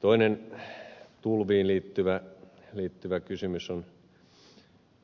toinen tulviin liittyvä kysymys